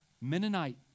Mennonite